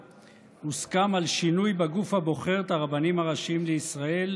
הוסכם על שינוי בגוף הבוחר את הרבנים הראשיים לישראל,